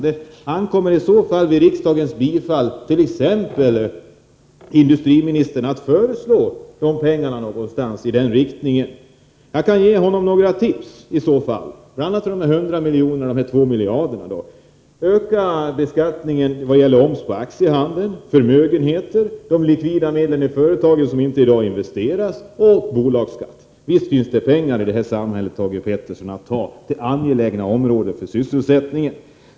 Det ankommer således vid riksdagens bifall exempelvis industriministern att föreslå medel av ungefär den storleksordningen. Jag kan ge industriministern några tips i sammanhanget, bl.a. vad gäller finansieringen av skillnaden mellan 100 miljoner och 2 miljarder: Öka omsättningsskatten på aktiehandeln samt beskattningen av förmögenheter och av likvida företagsmedel som inte investeras och höj bolagsskatten! Visst finns det pengar, Thage Peterson, i vårt samhälle att anslå till angelägna sysselsättningsändamål.